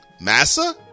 Massa